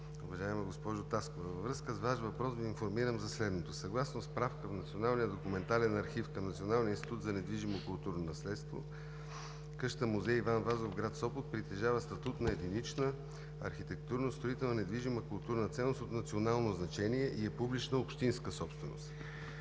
уважаема госпожо Таскова! Във връзка с Вашия въпрос Ви информирам за следното. Съгласно справка в националния документален архив към Националния институт за недвижимо културно наследство къщата музей „Иван Вазов“ в град Сопот притежава статут на единична архитектурно-строителна недвижима културна ценност от национално значение и е публична общинска собственост.